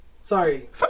Sorry